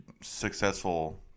successful